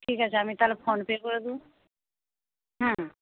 ঠিক আছে আমি তাহলে ফোনপে করে দেব হুম